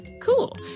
Cool